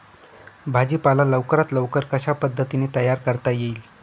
भाजी पाला लवकरात लवकर कशा पद्धतीने तयार करता येईल?